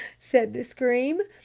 said the scream.